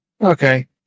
Okay